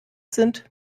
sind